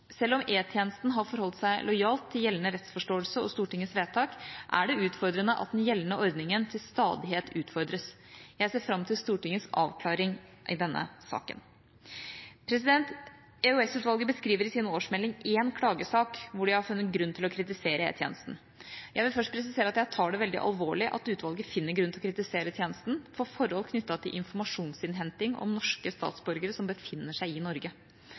Selv om E-tjenesten har forholdt seg lojal til gjeldende rettsforståelse og Stortingets vedtak, er det utfordrende at den gjeldende ordninga til stadighet utfordres. Jeg ser fram til Stortingets avklaring i denne saken. EOS-utvalget beskriver i sin årsmelding én klagesak hvor de har funnet grunn til å kritisere E-tjenesten. Jeg vil først presisere at jeg tar det veldig alvorlig at utvalget finner grunn til å kritisere tjenesten for forhold knyttet til informasjonsinnhenting om norske statsborgere som befinner seg i Norge.